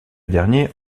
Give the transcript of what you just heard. dernier